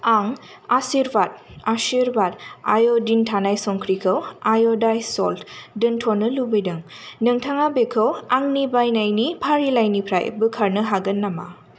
आं आशिर्भाद आय'दिन थानाय संख्रिखौ आय'दाइसज्द सल्ट दोनथनो लुबैदों नोंथाङा बेखौ आंनि बायनायनि फारिलाइनिफ्राय बोखारनो हागोन नामा